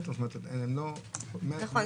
נכון,